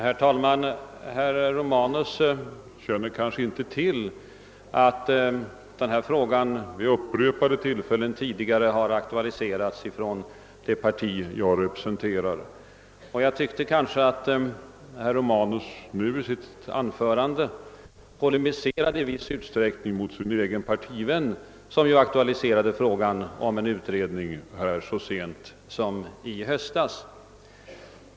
Herr talman! Herr Romanus känner kanske inte till att den här frågan vid upprepade tillfällen tidigare har aktualiserats från det parti som jag representerar. Och jag tyckte kanske att herr Pomanus i sitt anförande i viss utsträckning polemiserade mot sin egen partivän, som ju väckte frågan om en utredning så sent som i höstas.